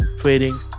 trading